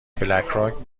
بلکراک